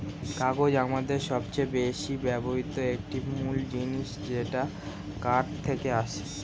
কাগজ আমাদের সবচেয়ে বেশি ব্যবহৃত একটি মূল জিনিস যেটা কাঠ থেকে আসে